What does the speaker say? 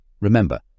Remember